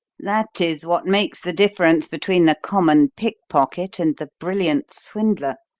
that is what makes the difference between the common pickpocket and the brilliant swindler.